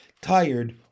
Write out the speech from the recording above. tired